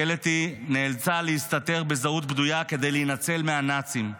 קלטי נאלצה להסתתר בזהות בדויה כדי להינצל מהנאצים.